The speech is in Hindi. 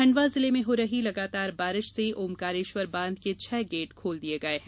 खंडवा जिले में हो रही लगातार बारिश से ओंकारेश्वर बांध के छह गेट खोल दिये गये हैं